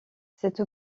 cette